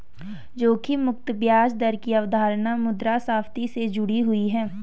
जोखिम मुक्त ब्याज दर की अवधारणा मुद्रास्फति से जुड़ी हुई है